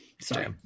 sorry